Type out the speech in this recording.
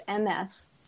MS